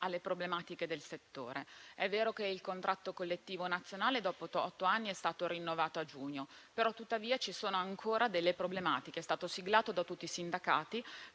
Grazie,